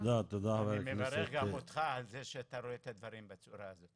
אני מברך גם אותך על זה שאתה רואה את הדברים בצורה הזו.